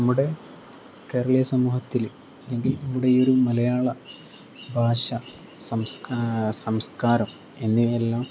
നമ്മുടെ കേരളീയ സമൂഹത്തിൽ അല്ലെങ്കിൽ നമ്മുടെ ഈ ഒരു മലയാള ഭാഷ സംസ്കാരം എന്നിവ എല്ലാം